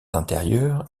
inférieure